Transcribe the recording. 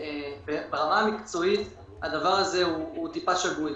ברמה המקצועית הדבר הזה הוא טיפה שגוי,